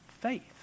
Faith